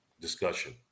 discussion